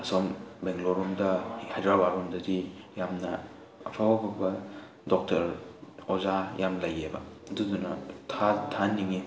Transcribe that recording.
ꯑꯁꯣꯝ ꯕꯦꯡꯒ꯭ꯂꯣꯔꯔꯣꯝꯗ ꯍꯥꯏꯗ꯭ꯔꯕꯥꯠ ꯂꯣꯝꯗꯗꯤ ꯌꯥꯝꯅ ꯑꯐ ꯑꯐꯕ ꯗꯣꯛꯇꯔ ꯑꯣꯖꯥ ꯌꯥꯝ ꯂꯩꯌꯦꯕ ꯑꯗꯨꯗꯨꯅ ꯊꯥꯍꯟꯅꯤꯡꯉꯤ